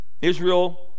Israel